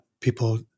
people